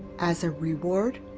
as a reward,